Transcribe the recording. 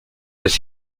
als